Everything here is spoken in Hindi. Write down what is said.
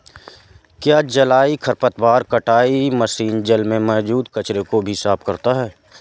क्या जलीय खरपतवार कटाई मशीन जल में मौजूद कचरे को भी साफ करता है?